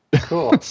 Cool